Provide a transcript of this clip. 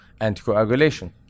anticoagulation